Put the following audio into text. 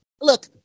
look